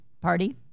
Party